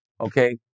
Okay